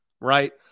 right